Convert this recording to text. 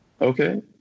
Okay